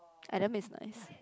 Adam is nice